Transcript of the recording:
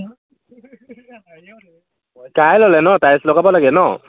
কাইলৈলৈ ন টাইলছ্ লগাব লাগে ন